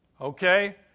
okay